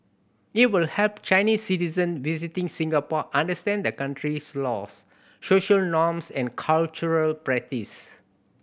it will help Chinese citizen visiting Singapore understand the country's laws social norms and cultural practice